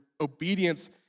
obedience